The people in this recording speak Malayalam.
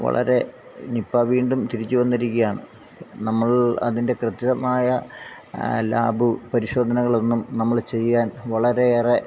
വളരെ നിപ്പ വീണ്ടും തിരിച്ചു വന്നിരിക്കുകയാണ് നമ്മൾ അതിൻ്റെ കൃത്യമായ ലാബ് പരിശോധനകളൊന്നും നമ്മൾ ചെയ്യാൻ വളരെയേറെ